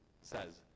says